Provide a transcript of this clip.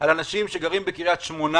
על אנשים שגרים בקריית שמונה,